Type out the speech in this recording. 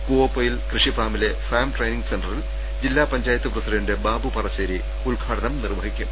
കൂവ്വപ്പൊയിൽ കൃഷിഫാമിലെ farm training സെന്റ റിൽ ജില്ലാ പഞ്ചായത്ത് പ്രസിഡന്റ് ബാബു പറശ്ശേരി ഉദ്ഘാടനം നിർവ്വ ഹിക്കും